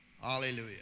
Hallelujah